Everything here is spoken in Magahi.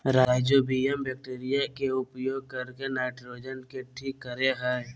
राइजोबियम बैक्टीरिया के उपयोग करके नाइट्रोजन के ठीक करेय हइ